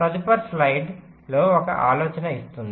తదుపరి స్లయిడ్ ఒక ఆలోచన ఇస్తుంది